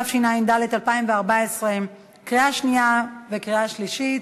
התשע"ד 2014. קריאה שנייה וקריאה שלישית.